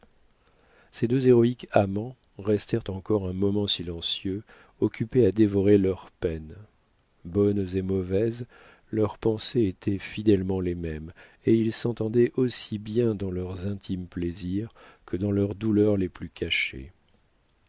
ces deux héroïques amants restèrent encore un moment silencieux occupés à dévorer leurs peines bonnes et mauvaises leurs pensées étaient fidèlement les mêmes et ils s'entendaient aussi bien dans leurs intimes plaisirs que dans leurs douleurs les plus cachées